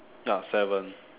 ya seven